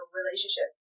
relationship